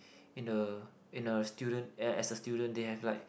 in a in a student a~ as a student they have like